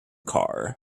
car